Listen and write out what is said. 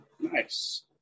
nice